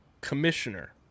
commissioner